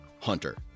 hunter